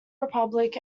republic